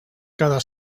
cada